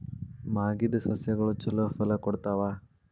ಮಾಗಿದ್ ಸಸ್ಯಗಳು ಛಲೋ ಫಲ ಕೊಡ್ತಾವಾ?